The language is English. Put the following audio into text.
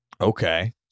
Okay